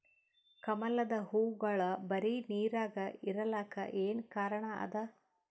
ಕಮಲದ ಹೂವಾಗೋಳ ಬರೀ ನೀರಾಗ ಇರಲಾಕ ಏನ ಕಾರಣ ಅದಾ?